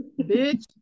bitch